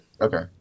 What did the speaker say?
Okay